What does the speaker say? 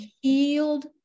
healed